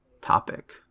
topic